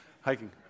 hiking